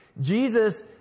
Jesus